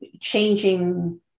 changing